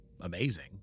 amazing